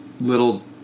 little